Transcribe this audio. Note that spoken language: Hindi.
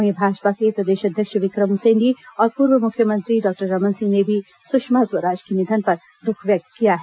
वहीं भाजपा के प्रदेश अध्यक्ष विक्रम उसेंडी और पूर्व मुख्यमंत्री डॉक्टर रमन सिंह ने भी सुषमा स्वराज के निधन पर दुख व्यक्त किया है